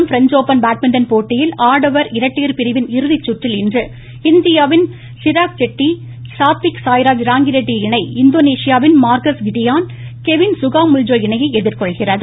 French open badminton போட்டியில் பிரிவின் ஆடவர் இரட்டையர் இறுதிச் சுற்றில் இன்று இந்தியாவின் சிராக்ஷெட்டி சாத்விக் சாய்ராஜ் ராங்கிரெட்டி இணை இந்தோனேஷியாவின் மார்க்கஸ் கிடியான் கெவின் சுகாமுல்ஜோ இணையை எதிர்கொள்கிறது